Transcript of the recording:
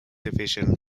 division